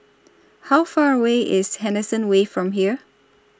How Far away IS Henderson Wave from here